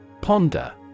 Ponder